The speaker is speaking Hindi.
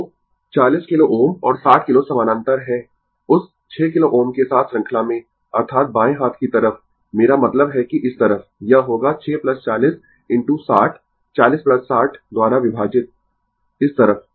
तो 40 किलो Ω और 60 किलो समानांतर है उस 6 किलो Ω के साथ श्रृंखला में अर्थात बाएं हाथ की तरफ मेरा मतलब है कि इस तरफ यह होगा 6 40 इनटू 60 40 60 द्वारा विभाजित इस तरफ